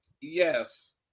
Yes